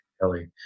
Kelly